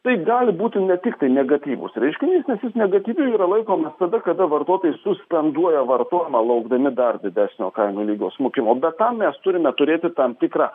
tai gali būti ne tiktai negatyvus reiškinys nes jis negatyviu yra laikomas tada kada vartotojai suspenduoja vartojimą laukdami dar didesnio kainų lygio smukimo be tam mes turime turėti tam tikrą